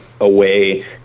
away